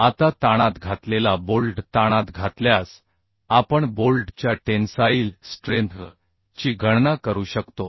आता ताणात घातलेला बोल्ट ताणात घातल्यास आपण बोल्ट च्या टेन्साईल स्ट्रेंथ ची गणना करू शकतो